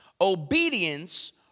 Obedience